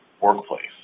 workplace